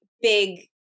big